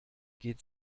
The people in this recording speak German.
geht